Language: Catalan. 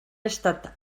estat